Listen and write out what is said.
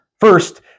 First